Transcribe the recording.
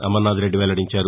అమరనాథరెడ్డి వెల్లడించారు